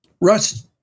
Russ